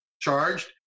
charged